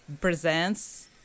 presents